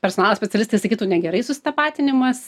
personalo specialistai sakytų negerai susitapatinimas